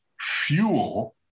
fuel